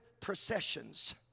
processions